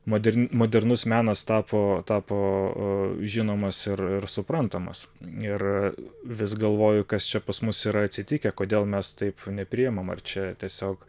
moderni modernus menas tapo tapo žinomas ir ir suprantamas ir vis galvoju kas čia pas mus yra atsitikę kodėl mes taip nepriimam ar čia tiesiog